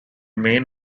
main